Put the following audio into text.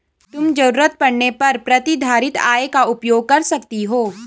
तुम ज़रूरत पड़ने पर प्रतिधारित आय का उपयोग कर सकती हो